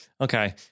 okay